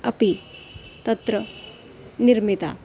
अपि तत्र निर्मिता